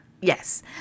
Yes